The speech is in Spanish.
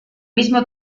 mismo